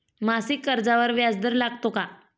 मासिक कर्जावर व्याज दर लागतो का?